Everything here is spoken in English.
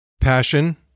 Passion